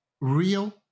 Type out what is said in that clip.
real